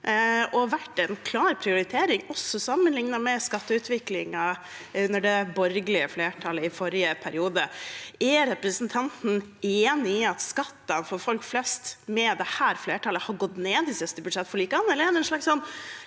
og vært en klar prioritering, også sammenlignet med skatteutviklingen under det borgerlige flertallet i forrige periode. Er representanten enig i at skattene for folk flest med dette flertallet har gått ned i de siste budsjettforlikene,